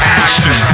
action